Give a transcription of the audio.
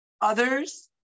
others